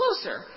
closer